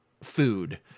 food